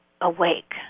awake